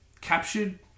captured